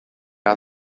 are